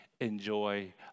enjoy